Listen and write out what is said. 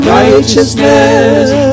righteousness